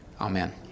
Amen